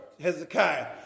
Hezekiah